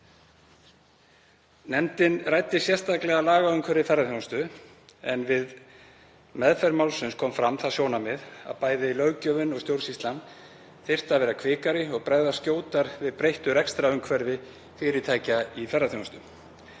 Nefndin ræddi sérstaklega lagaumhverfi ferðaþjónustu en við meðferð málsins kom fram það sjónarmið að bæði löggjöfin og stjórnsýslan þyrftu að vera kvikari og bregðast skjótar við breyttu rekstrarumhverfi fyrirtækja í ferðaþjónustu.